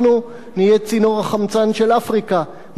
אנחנו נהיה צינור החמצן של אפריקה,